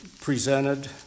presented